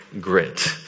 grit